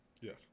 Yes